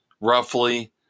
roughly